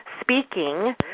speaking